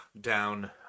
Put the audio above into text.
down